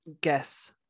guess